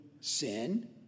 sin